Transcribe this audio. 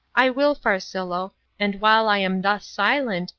i will, farcillo, and while i am thus silent,